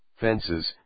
fences